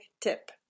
Tip